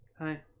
Hi